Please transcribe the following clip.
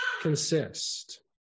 consist